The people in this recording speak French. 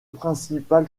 principal